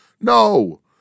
No